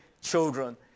children